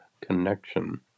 connection